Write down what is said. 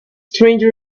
stranger